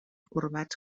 corbats